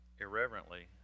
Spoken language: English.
irreverently